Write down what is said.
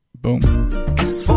boom